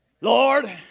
Lord